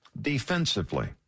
defensively